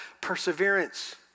Perseverance